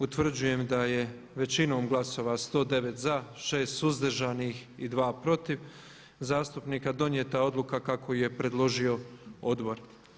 Utvrđujem da je većinom glasova 109 za, 6 suzdržanih i 2 protiv zastupnika donijeta odluka kako ju je predložio Odbor.